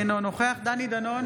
אינו נוכח דני דנון,